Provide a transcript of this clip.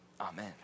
Amen